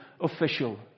official